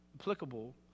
applicable